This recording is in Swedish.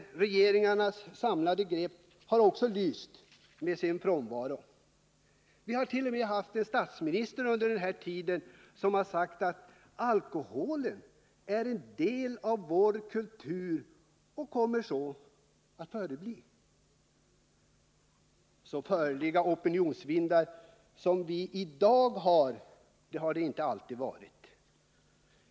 Regeringarnas samlade grepp har också lyst med sin frånvaro. Vi hart.o.m. haft en statsminister under den här tiden som sagt att alkoholen är en del av vår kultur och kommer så att förbli. Det har inte alltid blåst så förliga opinionsvindar som det gör i dag.